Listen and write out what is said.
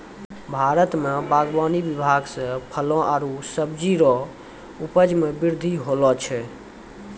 भारत मे बागवानी विभाग से फलो आरु सब्जी रो उपज मे बृद्धि होलो छै